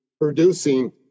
producing